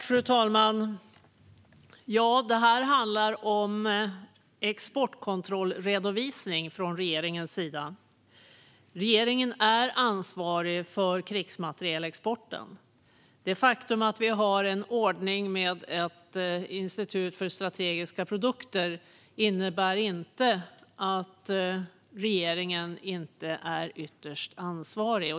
Fru talman! Ja, detta handlar om exportkontrollredovisning från regeringens sida. Regeringen är ansvarig för krigsmaterielexporten. Det faktum att vi har en ordning med en inspektion för strategiska produkter innebär inte att regeringen inte är ytterst ansvarig.